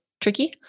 tricky